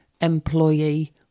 employee